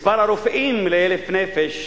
מספר הרופאים ל-1,000 נפש,